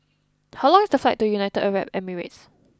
how long is the flight to United Arab Emirates